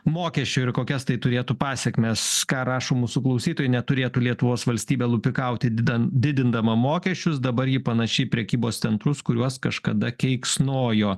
mokesčių ir kokias tai turėtų pasekmes ką rašo mūsų klausytojai neturėtų lietuvos valstybė lupikauti didin didindama mokesčius dabar ji panaši į prekybos centrus kuriuos kažkada keiksnojo